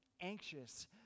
anxious